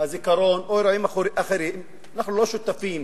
הזיכרון או באירועים אחרים, אנחנו לא שותפים